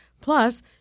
Plus